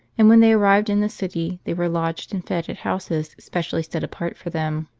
and when they arrived in the city they were lodged and fed at houses specially set apart for them.